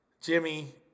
Jimmy